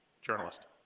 journalist